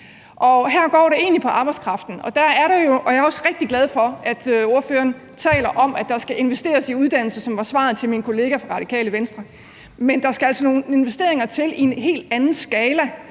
Her går det egentlig på arbejdskraften. Og jeg er også rigtig glad for, at ordføreren taler om, at der skal investeres i uddannelser, som var svaret til min kollega fra Radikale Venstre, men der skal altså nogle investeringer til i en helt anden skala